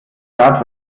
grad